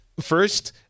First